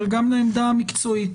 אבל גם לעמדה המקצועית,